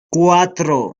cuatro